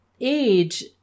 age